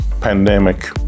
pandemic